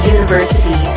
University